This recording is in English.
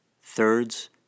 thirds